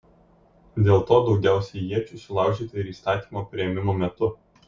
dėl to daugiausiai iečių sulaužyta ir įstatymo priėmimo metu